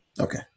Okay